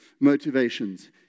motivations